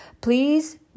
please